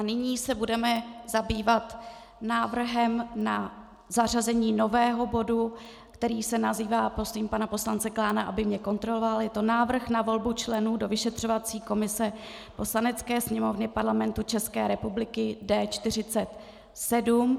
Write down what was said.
Nyní se budeme zabývat návrhem na zařazení nového bodu, který se nazývá prosím pana poslance Klána, aby mě kontroloval je to Návrh na volbu členů do vyšetřovací komise Poslanecké sněmovny Parlamentu České republiky D47.